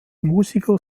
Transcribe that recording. musiker